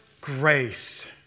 grace